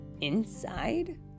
inside